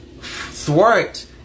thwart